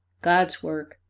god's work,